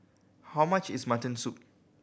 how much is mutton soup